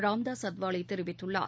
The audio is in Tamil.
ராம்தாஸ் அத்வாலே தெரிவித்துள்ளார்